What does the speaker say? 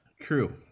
True